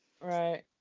Right